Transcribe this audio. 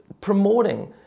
promoting